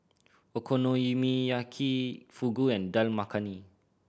Okonomiyaki Fugu and Dal Makhani